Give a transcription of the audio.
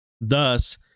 Thus